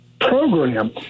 Program